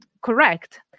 correct